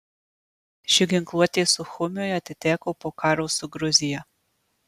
ši ginkluotė suchumiui atiteko po karo su gruzija